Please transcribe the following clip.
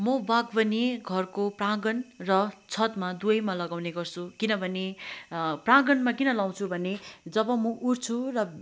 मो बागवनी घरको प्राङ्गण र छतमा दुवैमा लगाउने गर्छु किनभने प्राङ्गणमा किन लगाउँछु भने जब म उठ्छु र